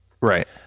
Right